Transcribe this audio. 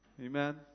Amen